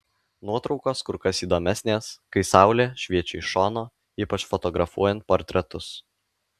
nuotraukos kur kas įdomesnės kai saulė šviečia iš šono ypač fotografuojant portretus